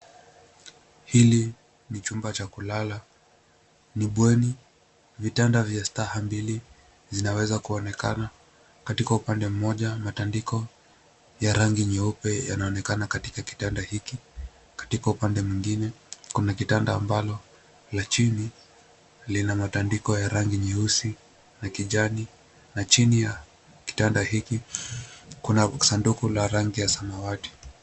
Hili ni chumba cha kulala. Ni bweni vitanda vya staha mbili zinaweza kuonekana. Katika upande mmoja matandiko ya rangi nyeupe yanaonekana katika kitanda hiki. Katika upande mwingine kuna kitanda ambalo la chini lina matandiko ya rangi nyeusi na kijani na chini ya kitanda hiki kuna sanduku ya rangi ya samawati.